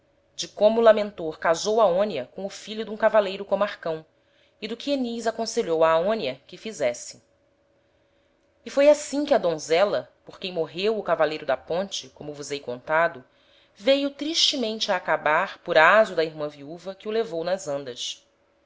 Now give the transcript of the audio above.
de como lamentor casou aonia com o filho de um cavaleiro seu comarcão e do que enis aconselhou a aonia que fizesse e foi assim que a donzela por quem morreu o cavaleiro da ponte como vos hei contado veio tristemente a acabar por aso da irman viuva que o levou nas andas